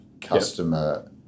customer